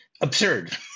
absurd